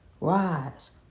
Rise